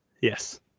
Yes